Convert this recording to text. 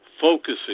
focusing